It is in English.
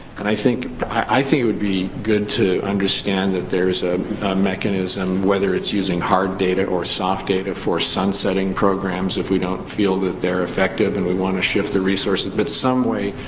and i think i think it would be good to understand that there's a mechanism, whether it's using hard data or soft data, for sunsetting programs if we don't feel that they're effective and we wanna shift the resources. but, some way,